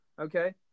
okay